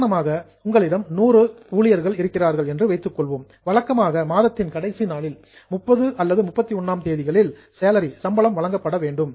உதாரணமாக உங்களிடம் 100 எம்பிளோயீஸ் ஊழியர்கள் இருக்கிறார்கள் என்று வைத்துக் கொள்வோம் வழக்கமாக மாதத்தின் கடைசி நாளில் 30 அல்லது 31 ஆம் தேதிகளில் சேலரி சம்பளம் வழங்கப்பட வேண்டும்